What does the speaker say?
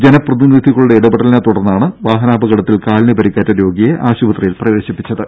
ജനപ്രതിനിധികളുടെ ഇടപെടലിനെ തുടർന്നാണ് വാഹനാപകടത്തിൽ കാലിന് പരിക്കേറ്റ രോഗിയെ ആശുപത്രിയിൽ പ്രവേശിപ്പിച്ചത്